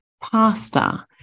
pasta